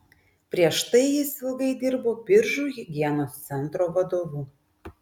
prieš tai jis ilgai dirbo biržų higienos centro vadovu